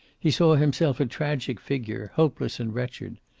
he saw himself a tragic figure, hopeless and wretched.